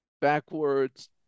backwards